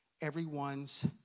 everyone's